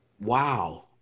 wow